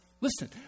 Listen